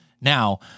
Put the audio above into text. now